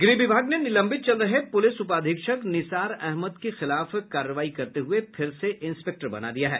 गृह विभाग ने निलंबित चल रहे पुलिस उपाधीक्षक निसार अहमद के खिलाफ कार्रवाई करते हुये फिर से इंस्पेक्टर बना दिया है